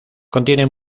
contiene